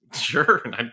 Sure